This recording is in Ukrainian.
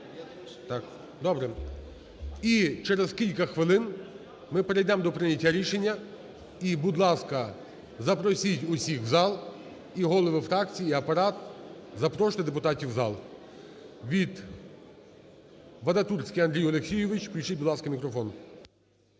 І через кілька хвилин ми перейдемо до прийняття рішення. І будь ласка, запросіть усіх в зал. І голови фракцій, і Апарат, запрошуйте депутатів в зал. Вадатурський Андрій Олексійович. Включіть, будь ласка, мікрофон.